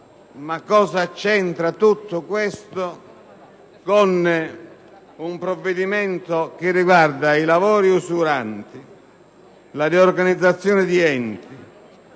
Che cosa c'entra tutto ciò con un provvedimento che riguarda i lavori usuranti, la riorganizzazione di enti,